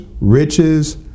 riches